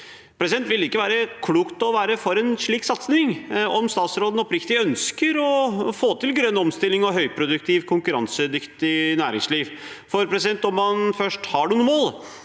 Ville det ikke være klokt å være for en slik satsing, om statsråden oppriktig ønsker å få til grønn omstilling og et høyproduktivt og konkurransedyktig næringsliv? Når man først har noen mål,